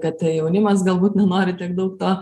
kad jaunimas galbūt nenori tiek daug to